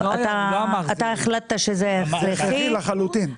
אתה החלטת שזה הכרחי.